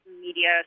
media